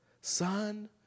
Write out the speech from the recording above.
son